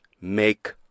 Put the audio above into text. make